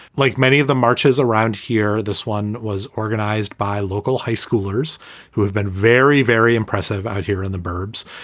like many of the marches around here, this one was organized by local high schoolers who have been very, very impressive out here in the burbs.